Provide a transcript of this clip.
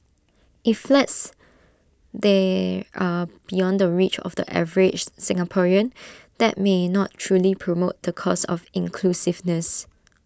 if flats there are beyond the reach of the average Singaporean that may not truly promote the cause of inclusiveness